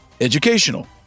educational